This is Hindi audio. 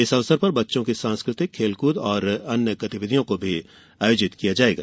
इस अवसर पर बच्चों की सांस्कृतिक खेल कूद एवं अन्य गतिविधियों को भी आयोजित किया जाएगा